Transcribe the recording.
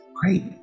Great